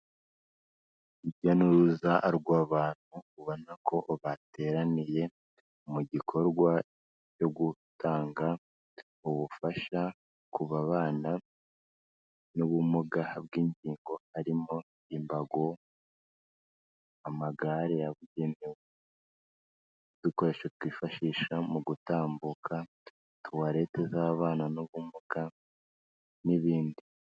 Urujya n'uruza rw'abantu ubona ko bateraniye mu gikorwa byo gutanga ubufasha ku babana n'ubumuga bw'ingingo, harimo imbago, amagare yabugenewe, n'udukoresho twifashisha mu gutambuka, tuwareti z'ababana n'ubumuga, n'ibindi.